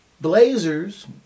Blazers